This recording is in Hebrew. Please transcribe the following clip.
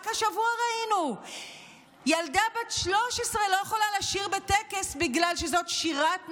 רק השבוע ראינו שילדה בת 13 לא יכולה לשיר בטקס בגלל שזאת שירת נשים,